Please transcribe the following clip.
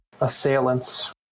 assailants